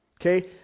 okay